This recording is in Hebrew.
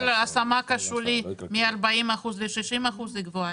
הסמ"ק השולי מ-40% ל-60% היא גבוהה.